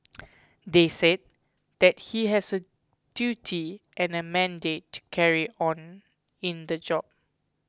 they said that he has a duty and a mandate carry on in the job